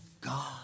God